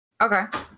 okay